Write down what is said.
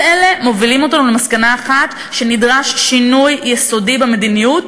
כל אלה מובילים אותנו למסקנה אחת: נדרש שינוי יסודי במדיניות.